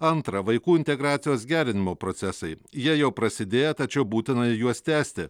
antra vaikų integracijos gerinimo procesai jie jau prasidėję tačiau būtina juos tęsti